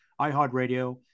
iHeartRadio